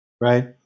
right